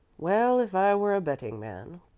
well, if i were a betting man,